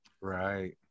Right